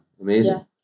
amazing